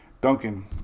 Duncan